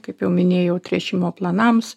kaip jau minėjau tręšimo planams